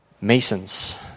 Masons